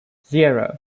zero